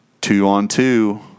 two-on-two